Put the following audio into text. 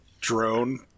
drone